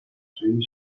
قطرهای